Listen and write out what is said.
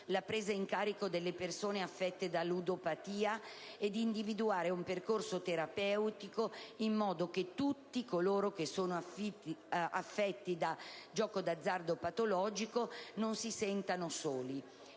la presa in carico delle persone affette da ludopatia e di individuare un percorso terapeutico, in modo che tutti coloro che sono affetti da gioco d'azzardo patologico non si sentano soli.